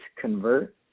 convert